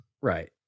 Right